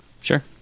Sure